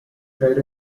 caer